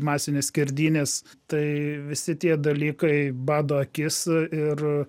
masinės skerdynės tai visi tie dalykai bado akis ir